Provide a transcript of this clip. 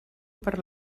per